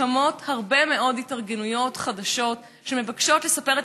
קמות הרבה מאוד התארגנויות חדשות שמבקשות לספר את